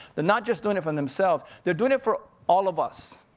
they're not just doing it for themselves. they're doing it for all of us.